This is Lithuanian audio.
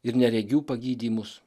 ir neregių pagydymus